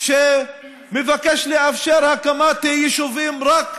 שמבקש לאפשר הקמת יישובים רק ליהודים,